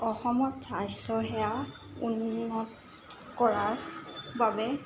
অসমত স্বাস্থ্যসেৱা উন্নত কৰাৰ বাবে